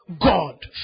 God